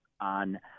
on